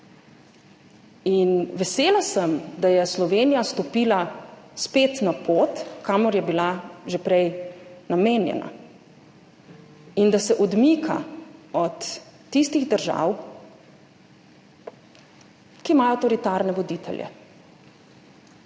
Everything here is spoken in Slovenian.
Vesela sem, da je Slovenija spet stopila na pot, kamor je bila že prej namenjena, in da se odmika od tistih držav, ki imajo avtoritarne voditelje.